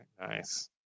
Nice